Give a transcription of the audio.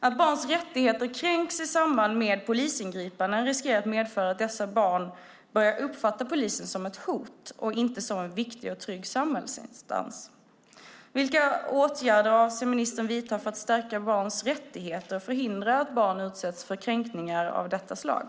Att barns rättigheter kränks i samband med polisingripanden riskerar att medföra att dessa barn börjar uppfatta polisen som ett hot och inte som en viktig och trygg samhällsinstans. Vilka åtgärder avser ministern att vidta för att stärka barns rättigheter och förhindra att barn utsätts för kränkningar av detta slag?